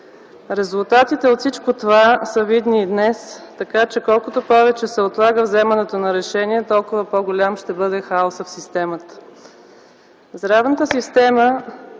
Резултатите от всичко това са видни днес, така че колкото повече се отлага вземането на решения, толкова по-голям ще бъде хаосът в системата.